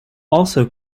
also